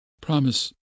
promise